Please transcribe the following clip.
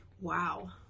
Wow